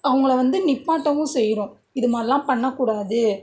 அவங்கள வந்து நிப்பாட்டவும் செய்யறோம் இது மாதிரிலாம் பண்ணக்கூடாது